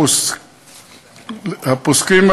הפוסקים,